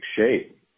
shape